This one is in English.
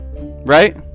Right